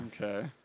Okay